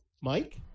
Mike